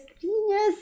genius